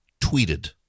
tweeted